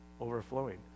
overflowing